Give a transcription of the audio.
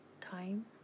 time